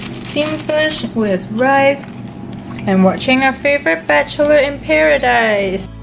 steamed fish with rice and watching our favorite bachelor in paradise